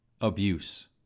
abuse